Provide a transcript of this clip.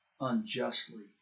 unjustly